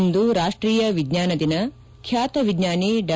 ಇಂದು ರಾಷ್ಟೀಯ ವಿಜ್ಞಾನ ದಿನ ಖ್ಯಾತ ವಿಜ್ಞಾನಿ ಡಾ